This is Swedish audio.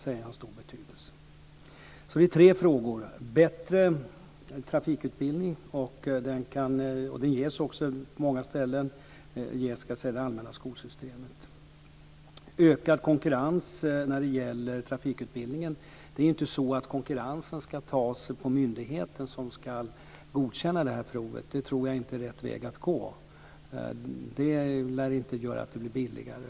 Det handlar alltså om tre frågor: - Bättre trafikutbildning. Den kan ges och ges också på många ställen i det allmänna skolsystemet. - Ökad konkurrens när det gäller trafikutbildningen. Det är ju inte så att konkurrensen ska gälla myndigheten som ska godkänna provet. Det tror jag inte är rätt väg att gå. Det lär inte göra att det blir billigare.